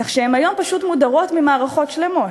כך שהן היום פשוט מודרות ממערכות שלמות.